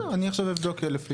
בסדר, אני אבדוק עכשיו.